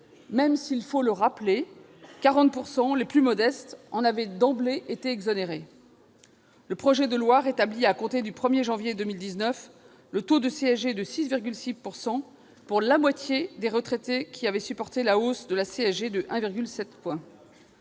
même si, il faut le rappeler, 40 %, les plus modestes, en avaient été exonérés d'emblée. Le projet de loi rétablit, à compter du 1 janvier 2019, le taux de CSG de 6,6 % pour la moitié des retraités qui avaient supporté la hausse de 1,7